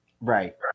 Right